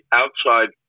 outside